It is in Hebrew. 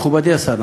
מכובדי השר,